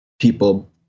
people